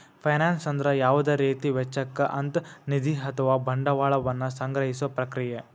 finance ಅಂದ್ರ ಯಾವುದ ರೇತಿ ವೆಚ್ಚಕ್ಕ ಅಂತ್ ನಿಧಿ ಅಥವಾ ಬಂಡವಾಳ ವನ್ನ ಸಂಗ್ರಹಿಸೊ ಪ್ರಕ್ರಿಯೆ